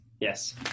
yes